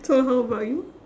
so how about you